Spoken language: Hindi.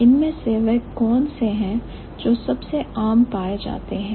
इनमें से वह कौन से हैं जो सबसे आम पाए जाते हैं